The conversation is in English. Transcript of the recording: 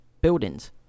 buildings